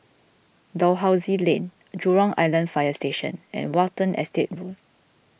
Dalhousie Lane Jurong Island Fire Station and Watten Estate Road